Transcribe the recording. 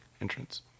entrance